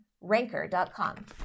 ranker.com